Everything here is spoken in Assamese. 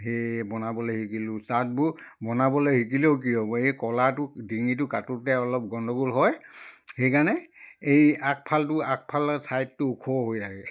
সেয়ে বনাবলৈ শিকিলোঁ চাৰ্টবোৰ বনাবলৈ শিকিলেও কি হ'ব এই কলাৰটো ডিঙিটো কাটোঁতে অলপ গণ্ডগোল হয় সেইকাৰণে এই আগফালটো আগফালৰ চাইডটো ওখ হৈ থাকে